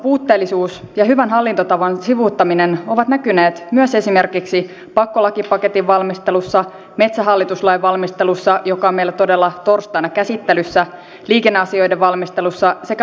tämä valmiuden kohottaminen on se akilleenkantapää tämän yleiseen asevelvollisuuteen pohjautuvan reserviläisarmeijan muodostamisessa mutta voimme kustannusneutraalisti tällä vaalikaudella tehdä toimenpiteitä nimenomaan lainsäädäntöön